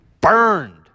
burned